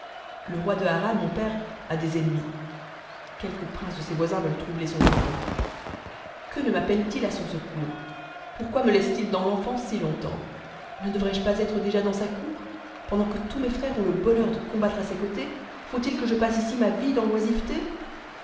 le roi de harran mon père a des ennemis quelques princes de ses voisins veulent troubler son repos que ne mappelle t il à son secours pourquoi me laisse-t-il dans l'enfance si longtemps ne devrais-je pas être déjà dans sa cour pendant que tous mes frères ont le bonheur de combattre à ses cotés faut it que je passe ici ma vie dans